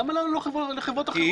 למה לא לחברות אחרות?